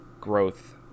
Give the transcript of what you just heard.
growth